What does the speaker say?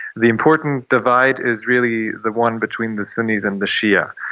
the important divide is really the one between the sunnis and the shia.